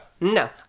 no